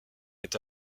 est